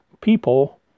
people